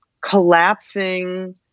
collapsing